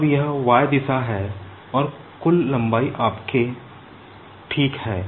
अब यह y दिशा है और कुल लंबाई आपके l ठीक है